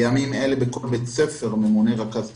בימים אלה בכל בית ספר ממונה רכז תקשוב.